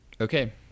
Okay